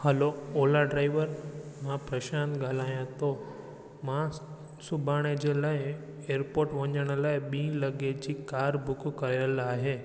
hello Ola driver मां प्रशांत ॻाल्हायां थो मां सुभाणे जे लाइ एयरपोट वञण लाइ ॿी लॻे जी कार बुक कयल आहे